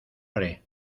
haré